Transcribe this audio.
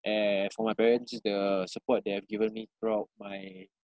and for my parents is the support they have given me throughout my